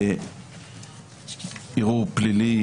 "ערעור פלילי,